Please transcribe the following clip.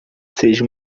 seja